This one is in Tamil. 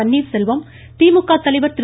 பன்னீா்செல்வம் திமுக தலைவர் திரு